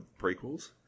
prequels